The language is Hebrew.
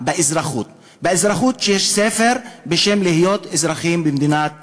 באזרחות יש ספר בשם "להיות אזרחים במדינת ישראל".